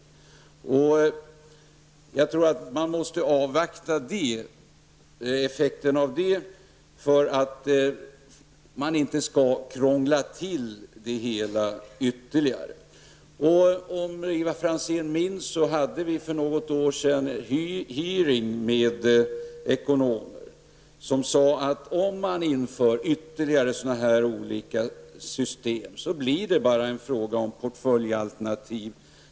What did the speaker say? Jag tror att man måste avvakta effekten av detta för att inte krångla till det hela ytterligare. Om Ivar Franzén minns hade vi för något år sedan en hearing där ekonomer deltog. De sade att om man inför ytterligare olika system blir det bara fråga om portföljalternativ.